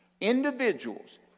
individuals